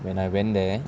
when I went there